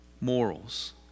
morals